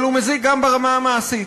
אבל הוא מזיק גם ברמה המעשית.